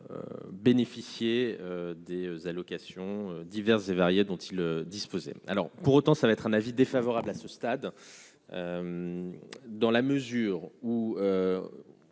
bénéficier des allocations diverses et variées dont il disposait alors pour autant, ça va être un avis défavorable à ce stade, dans la mesure où